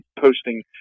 posting